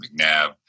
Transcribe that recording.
McNabb